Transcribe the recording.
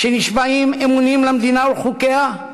שנשבעים אמונים למדינה ולחוקיה,